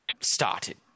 started